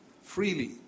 freely